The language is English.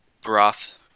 broth